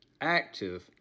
active